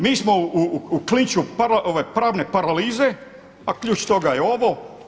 Mi smo u klinču pravne paralize, a ključ toga je ovo.